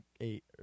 eight